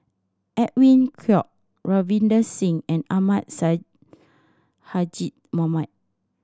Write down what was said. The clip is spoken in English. Edwin Koek Ravinder Singh and Ahmad Sonhadji Mohamad